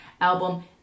album